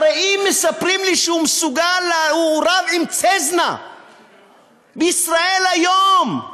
הרי אם מספרים לי שהוא רב עם צזנה מ"ישראל היום",